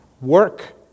work